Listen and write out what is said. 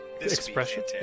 Expression